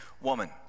woman